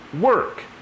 work